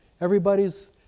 everybody's